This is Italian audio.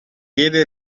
diede